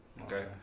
Okay